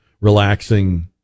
relaxing